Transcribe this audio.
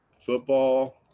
Football